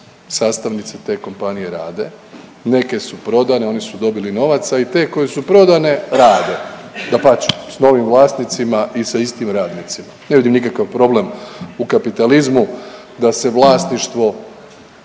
sastavnice te kompanije rade, neke su prodane, oni su dobili novaca i te koje su prodane rade, dapače s novim vlasnicima i sa istim radnicima, ne vidim nikakav problem u kapitalizmu da se vlasništvo